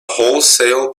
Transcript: wholesale